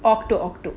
octo octo